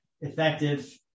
effective